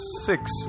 six